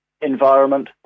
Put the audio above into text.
environment